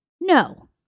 No